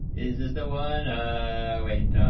is is the one ah